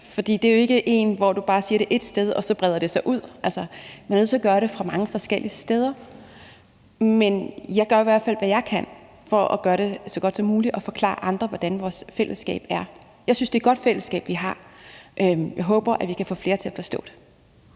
For det er jo ikke sådan, at du bare siger det ét sted, og så breder det sig ud. Man er nødt til at gøre det fra mange forskellige steder. Men jeg gør i hvert fald, hvad jeg kan for så godt som muligt at forklare andre, hvordan vores fællesskab er. Jeg synes, det er et godt fællesskab, vi har, og jeg håber, vi kan få flere til at forstå det.